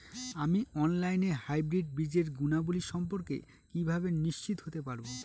আমি অনলাইনে হাইব্রিড বীজের গুণাবলী সম্পর্কে কিভাবে নিশ্চিত হতে পারব?